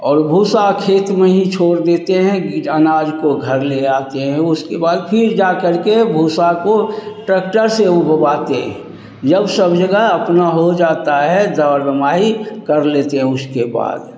और भूसा खेत में ही छोड़ देते हैं गिरे अनाज को घर ले आते हैं उसके बाद फिर जा करके भूसा को ट्रकटर से उगवाते हैं जब सब जगह अपना हो जाता है दर दमाही कर लेते हैं उसके बाद